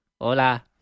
Hola